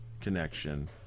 connection